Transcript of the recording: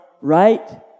Right